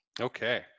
Okay